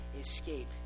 escape